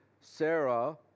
Sarah